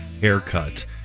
haircut